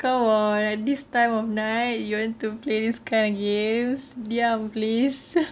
come on this time of night you want to play this kind of games diam please